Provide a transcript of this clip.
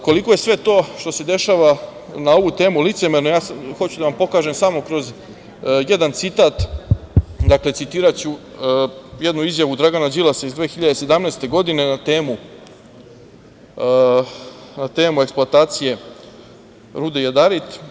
Koliko je sve to što se dešava na ovu temu licemerno, ja sada hoću da vam pokažem samo kroz jedan citat, dakle, citiraću jednu izjavu Dragana Đilasa iz 2017. godine, na temu eksploatacije rude Jadarit.